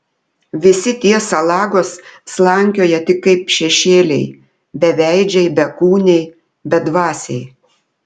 visi tie salagos slankioja tik kaip šešėliai beveidžiai bekūniai bedvasiai